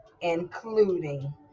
including